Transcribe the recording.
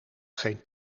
geen